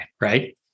right